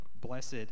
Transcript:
Blessed